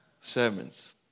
sermons